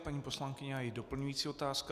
Paní poslankyně a její doplňující otázka.